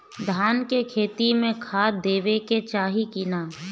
धान के खेती मे खाद देवे के चाही कि ना?